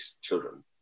children